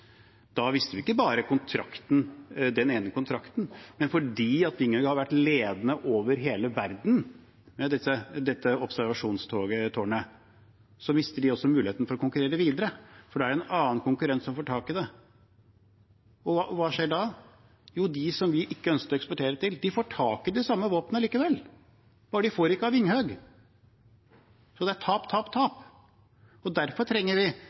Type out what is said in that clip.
Da mister vi ikke bare den ene kontrakten. Vinghøg har vært ledende over hele verden med dette observasjonstårnet, men de mister muligheten til å konkurrere videre, for det er en konkurrent som får tak i det. Og hva skjer da? Jo, dem som vi ikke ønsker å eksportere til, får tak i det samme våpenet allikevel – bare at de ikke får det av Vinghøg. Så det er tap, tap, tap. Derfor trenger vi